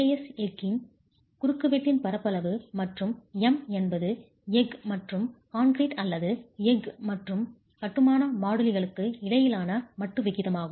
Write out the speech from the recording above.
As எஃகின் குறுக்குவெட்டின் பரப்பளவு மற்றும் m என்பது எஃகு மற்றும் கான்கிரீட் அல்லது எஃகு மற்றும் கட்டுமான மாடுலிகளுக்கு இடையிலான மட்டு விகிதமாகும்